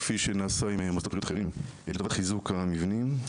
כפי שנעשה עם מוסדות בריאות אחרים לטובת חיזוק המבנים.